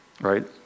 right